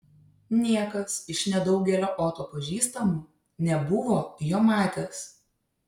niekas iš nedaugelio oto pažįstamų nebuvo jo matęs